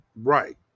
Right